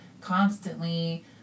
constantly